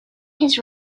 his